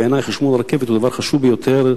בעיני חשמול הרכבת הוא דבר חשוב ביותר,